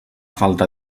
falta